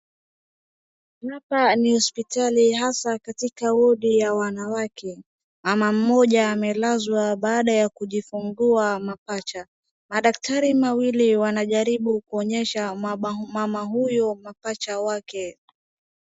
Hapa ni hospitali hasa katika wodi ya wanawake. Mama mmoja amelazwa baada ya kujifungua mapacha. Madaktari mawili wanajaribu kuonyesha mama huyo mapacha wake.